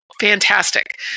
Fantastic